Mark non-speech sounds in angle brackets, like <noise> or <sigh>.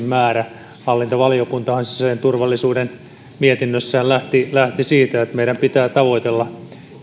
<unintelligible> määrä hallintovaliokuntahan sisäisen turvallisuuden mietinnössään lähti lähti siitä että meidän pitää tavoitella